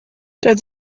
doedd